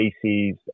species